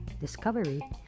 discovery